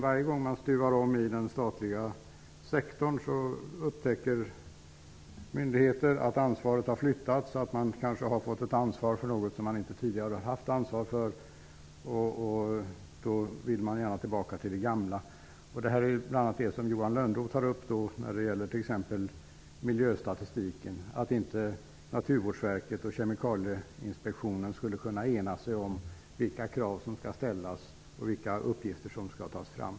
Varje gång man stuvar om i den statliga sektorn, upptäcker myndigheter att ansvaret har flyttats, att man kanske har fått ett ansvar för något som man inte tidigare har haft ansvar för, och då vill man gärna tillbaka till det gamla. Johan Lönnroth tar upp detta fenomen när det gäller miljöstatistiken. Naturvårdsverket och Kemikalieinspektionen skulle inte kunna enas om vilka krav som skall ställas och vilka uppgifter som skall tas fram.